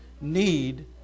need